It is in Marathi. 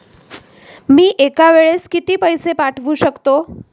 मी एका वेळेस किती पैसे पाठवू शकतो?